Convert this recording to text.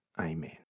Amen